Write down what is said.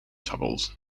troubles